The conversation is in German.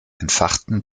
entfachen